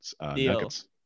nuggets